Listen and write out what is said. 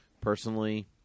personally